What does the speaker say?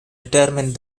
retirement